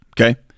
Okay